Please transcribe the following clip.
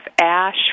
ash